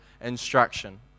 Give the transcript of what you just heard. instruction